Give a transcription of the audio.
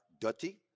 dirty